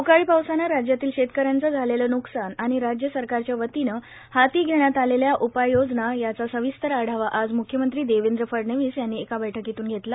अवकाळी पावसानं राज्यातील शेतकऱ्यांचं झालेलं नुकसान आणि राज्य सरकारच्या वतीनं हाती घेण्यात आलेल्या उपाययोजना याचा सविस्तर आढावा आज म्ख्यमंत्री देवेंद्र फडणवीस यांनी एका बैठकीतून घेतला